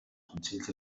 consells